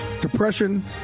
Depression